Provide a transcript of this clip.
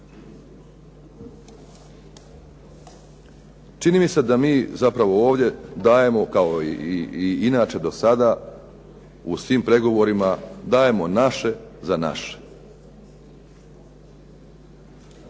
Čini mi se da mi ovdje zapravo dajemo kao i inače do sada u svim pregovorima, dajemo naše za naše.